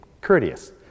courteous